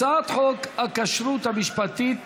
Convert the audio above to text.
הצעת חוק הכשרות המשפטית